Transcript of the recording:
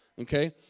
Okay